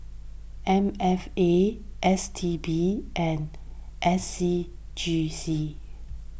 M F A S T B and S C G C